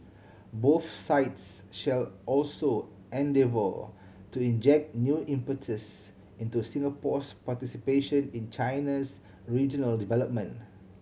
both sides shall also endeavour to inject new impetus into Singapore's participation in China's regional development